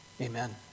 amen